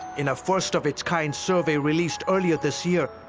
in a first of its kind survey released earlier this year,